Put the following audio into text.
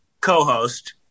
co-host